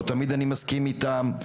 לא תמיד אני מסכים איתם,